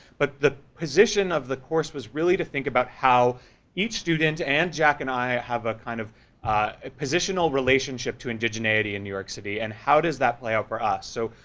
but the position of the course was really to think about how each student, and jack and i, have a kind of a positional relationship to indigeneity in new york city, and how does that play out for us, so,